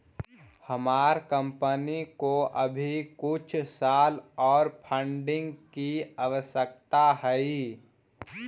हमार कंपनी को अभी कुछ साल ओर फंडिंग की आवश्यकता हई